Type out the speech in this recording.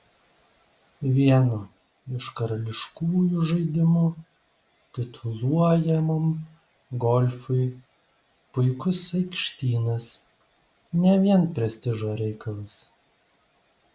vienu iš karališkųjų žaidimų tituluojamam golfui puikus aikštynas ne vien prestižo reikalas